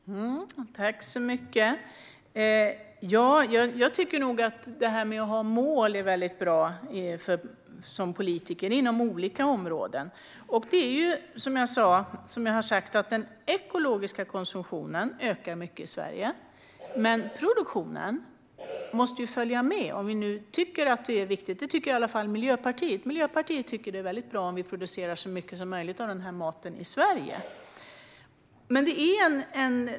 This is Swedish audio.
Fru talman! Jag som politiker tycker nog att detta med mål inom olika områden är väldigt bra. Som jag har sagt ökar den ekologiska konsumtionen i Sverige, men produktionen måste följa med. Miljöpartiet tycker att det är bra om man producerar så mycket som möjligt av den här maten i Sverige.